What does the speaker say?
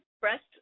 breast